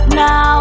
now